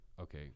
okay